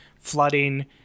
flooding